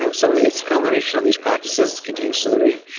you know so it's a combination of these practices, continuous delivery.